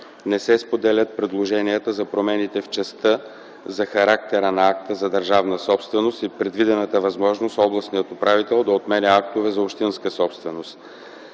Не се споделят предложенията за промените в частта за характера на акта за държавна собственост и предвидената възможност областният управител да отменя актове за общинска собственост.